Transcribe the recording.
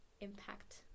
impact